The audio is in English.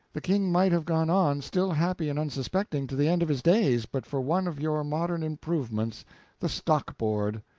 the king might have gone on, still happy and unsuspecting, to the end of his days, but for one of your modern improvements the stock-board.